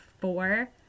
four